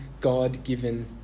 God-given